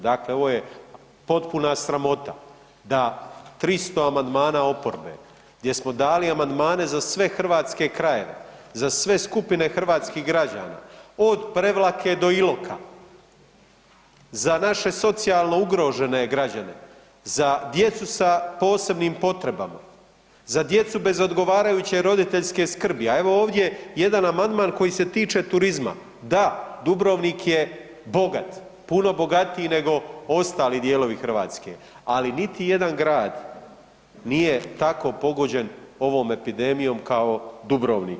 Dakle, ovo je potpuna sramota da 300 amandmana oporbe gdje smo dali amandmane za sve hrvatske krajeve, za sve skupine hrvatskih građana od Prevlake do Iloka, za naše socijalno ugrožene građane, za djecu sa posebnim potrebama, za djecu bez odgovarajuće roditeljske skrbi, a evo ovdje jedan amandman koji se tiče turizma, da Dubrovnik je bogat, puno bogatiji nego ostali dijelovi Hrvatske, ali niti jedan grad nije tako pogođen ovom epidemijom kao Dubrovnik.